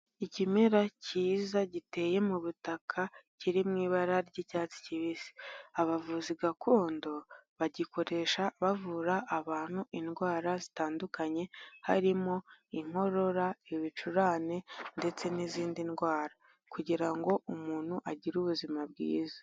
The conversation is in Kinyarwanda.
Ikimera cyiza giteye mu butaka kiri mu ibara ry'icyatsi kibisi, abavuzi gakondo bagikoresha bavura abantu indwara zitandukanye, harimo inkorora, ibicurane ndetse n'izindi ndwara kugira ngo umuntu agire ubuzima bwiza.